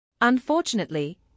Unfortunately